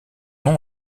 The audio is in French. nom